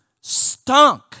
stunk